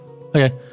Okay